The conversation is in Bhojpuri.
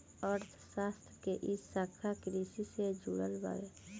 अर्थशास्त्र के इ शाखा कृषि से जुड़ल बावे